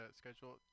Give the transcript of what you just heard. schedule